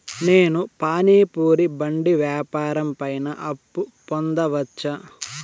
నేను పానీ పూరి బండి వ్యాపారం పైన అప్పు పొందవచ్చా?